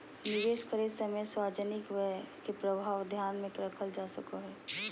निवेश करे समय सार्वजनिक व्यय के प्रभाव ध्यान में रखल जा सको हइ